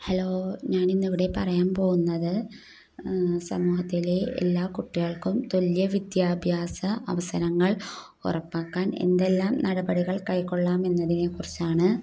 hello ഞാനിന്നിവിടെ പറയാൻ പോകുന്നത് സമൂഹത്തിലെ എല്ലാ കുട്ടികൾക്കും തുല്യ വിദ്യാഭ്യാസ അവസരങ്ങൾ ഉറപ്പാക്കാൻ എന്തെല്ലാം നടപടികൾ കൈക്കൊള്ളാം എന്നതിനെക്കുറിച്ചാണ്